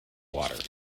water